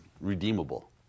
redeemable